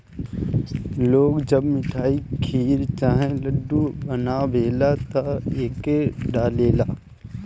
लोग जब मिठाई, खीर चाहे लड्डू बनावेला त एके डालेला